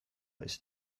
ist